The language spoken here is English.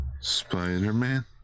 Spider-Man